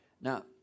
Now